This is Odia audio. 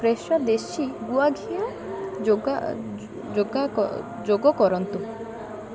ଫ୍ରେଶୋ ଦେଶୀ ଗୁଆ ଘିଅ ଯୋଗ କରନ୍ତୁ